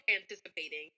anticipating